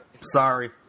sorry